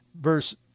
Verse